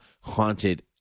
haunted